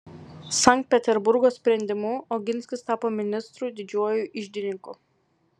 sankt peterburgo sprendimu oginskis tapo ministru didžiuoju iždininku